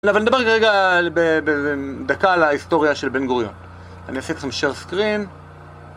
אבל נדבר רגע בדקה על ההיסטוריה של בן גוריון. אני אעשה אתכם share screen